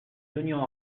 tenions